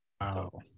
wow